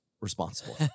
responsible